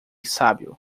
sábio